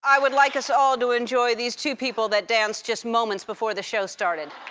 i would like us all to enjoy these two people that danced just moments before the show started.